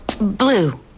Blue